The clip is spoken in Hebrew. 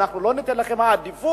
אנחנו לא ניתן לכם עדיפות,